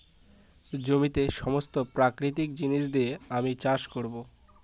জমিতে সমস্ত প্রাকৃতিক জিনিস দিয়ে আমি চাষ করবো